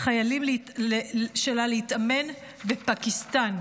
חיילים שלה להתאמן בפקיסטן.